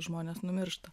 žmonės numiršta